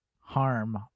harm